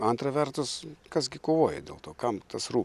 antra vertus kas gi kovoja dėl to kam tas rū